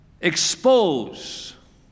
expose